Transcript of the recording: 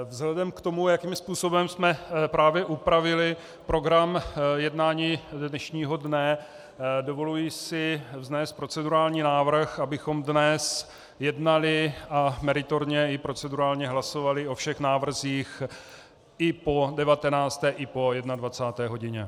Vzhledem k tomu, jakým způsobem jsme právě upravili program jednání dnešního dne, dovoluji si vznést procedurální návrh, abychom dnes jednali a meritorně i procedurálně hlasovali o všech návrzích i po 19. i po 21. hodině.